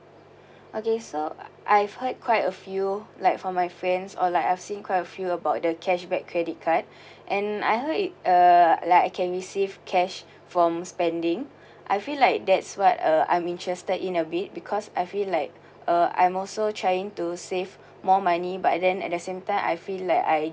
okay so I've heard quite a few like from my friends or like I've seen quite a few about the cashback credit card and I heard it uh like I can receive cash from spending I feel like that's what uh I'm interested in a bit because I feel like uh I'm also trying to save more money but then at the same time I feel like I